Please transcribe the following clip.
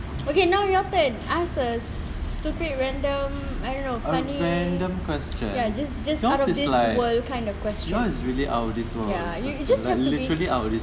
okay now your turn answers stupid random I don't know funny ya just just out of this world kind of question ya you you just have to be